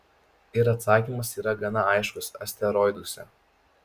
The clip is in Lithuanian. ir atsakymas yra gana aiškus asteroiduose